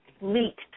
leaked